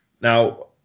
Now